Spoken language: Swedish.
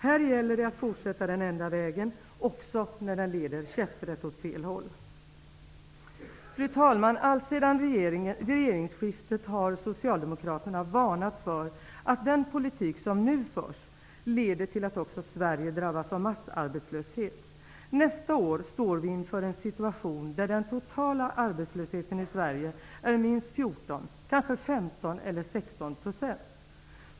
Här gäller det att fortsätta den enda vägen också när den leder käpprätt åt fel håll. Fru talman! Allt sedan regeringsskiftet har Socialdemokraterna varnat för att den politik som nu förs leder till att också Sverige drabbas av massarbetslöshet. Nästa år står vi inför en situation där den totala arbetslösheten i Sverige är minst 14, kanske 15 eller 16 %.